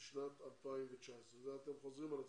בשנת 2019. כאן אתם חוזרים על עצמכם.